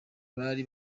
bari